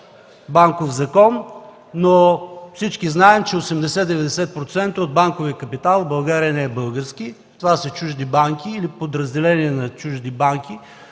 банков закон, но всички знаем, че 80-90% от банковия капитал в България не е български. Това са чужди банки или подразделения на чужди банки,